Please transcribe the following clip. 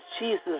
Jesus